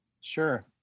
Sure